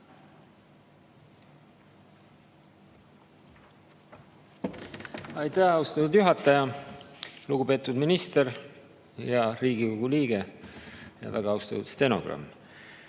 Aitäh, austatud juhataja! Lugupeetud minister, hea Riigikogu liige ja väga austatud stenogramm!